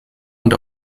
und